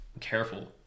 careful